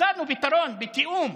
מצאנו פתרון, בתיאום: